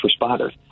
responders